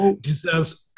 deserves